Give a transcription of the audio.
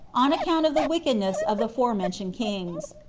on account of the wickedness of the forementioned kings.